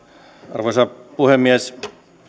arvoisa puhemies